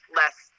less